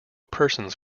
persons